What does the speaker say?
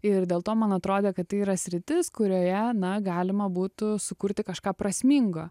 ir dėl to man atrodė kad tai yra sritis kurioje na galima būtų sukurti kažką prasmingo